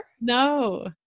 No